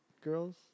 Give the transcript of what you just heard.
girls